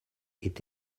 est